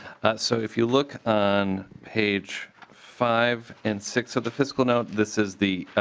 so if you look on page five and six of the fiscal note this is the